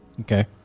Okay